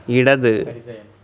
ഇടത്